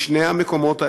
משני המקומות האלה,